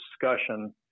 discussion